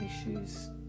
issues